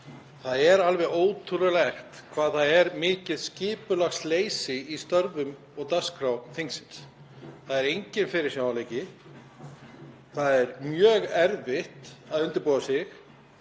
Það er alveg ótrúlegt hvað það er mikið skipulagsleysi í störfum og dagskrá þingsins. Það er enginn fyrirsjáanleiki. Það er mjög erfitt að undirbúa sig.